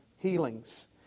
healings